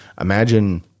imagine